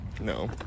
no